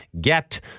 GET